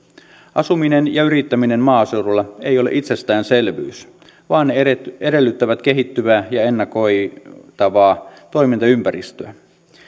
asuminen ja yrittäminen maaseudulla eivät ole itsestäänselvyys vaan ne edellyttävät edellyttävät kehittyvää ja ennakoitavaa toimintaympäristöä